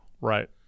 Right